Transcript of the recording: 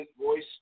voice